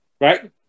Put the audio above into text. right